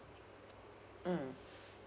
mm